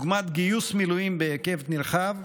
כדוגמת גיוס מילואים בהיקף נרחב,